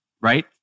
right